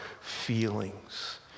feelings